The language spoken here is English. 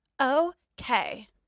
Okay